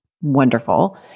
wonderful